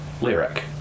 Lyric